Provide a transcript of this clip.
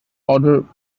order